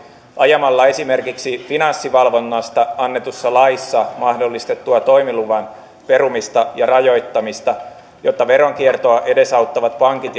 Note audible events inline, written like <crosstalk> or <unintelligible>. ajamalla esimerkiksi finanssivalvonnasta annetussa laissa mahdollistettua toimiluvan perumista ja rajoittamista jotta veronkiertoa edesauttavat pankit <unintelligible>